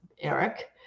Eric